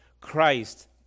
Christ